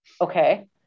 Okay